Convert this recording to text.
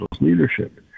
leadership